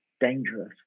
dangerous